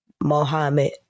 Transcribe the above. Mohammed